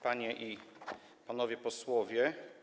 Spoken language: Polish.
Panie i Panowie Posłowie!